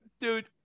Dude